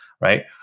right